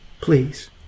Please